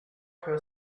her